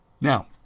Now